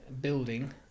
building